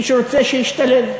מי שרוצה, שישתלב.